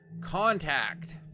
Contact